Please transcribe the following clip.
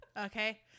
Okay